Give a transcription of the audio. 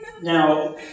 now